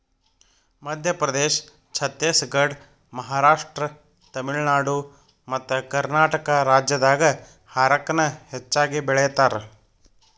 ಮಧ್ಯಪ್ರದೇಶ, ಛತ್ತೇಸಗಡ, ಮಹಾರಾಷ್ಟ್ರ, ತಮಿಳುನಾಡು ಮತ್ತಕರ್ನಾಟಕ ರಾಜ್ಯದಾಗ ಹಾರಕ ನ ಹೆಚ್ಚಗಿ ಬೆಳೇತಾರ